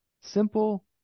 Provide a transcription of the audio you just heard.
simple